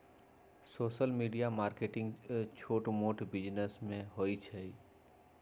social media marketing छोट मोट business में होई छई